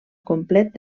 complet